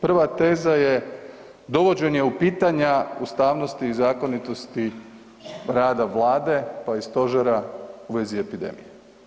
Prva teza je dovođenje u pitanja ustavnosti i zakonitosti rada Vlade pa i stožera u vezi epidemije.